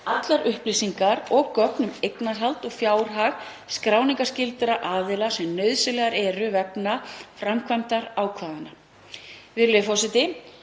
allar upplýsingar og gögn um eignarhald og fjárhag skráningarskyldra aðila sem nauðsynlegar eru vegna framkvæmdar ákvarðana. Virðulegur forseti.